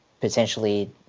potentially